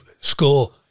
score